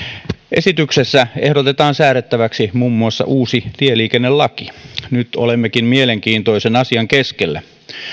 esityksessä ehdotetaan säädettäväksi muun muassa uusi tieliikennelaki nyt olemmekin mielenkiintoisen asian keskellä